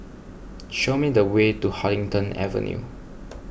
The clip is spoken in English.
show me the way to Huddington Avenue